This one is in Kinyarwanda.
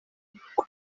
bihugu